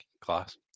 Class